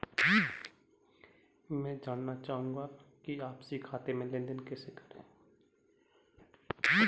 मैं जानना चाहूँगा कि आपसी खाते में लेनदेन कैसे करें?